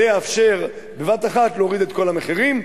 זה יאפשר בבת-אחת להוריד את כל המחירים,